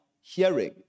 hearing